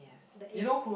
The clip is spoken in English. the egg